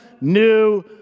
new